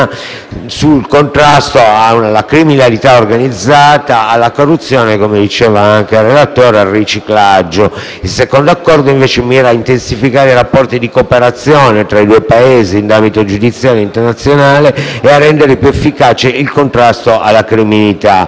sul contrasto alla criminalità organizzata, alla corruzione (come diceva anche il relatore) e al riciclaggio. Il secondo accordo, in particolare, mira a intensificare i rapporti di cooperazione tra i due Paesi in ambito giudiziario internazionale e a rendere più efficace il contrasto alla criminalità transnazionale.